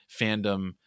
fandom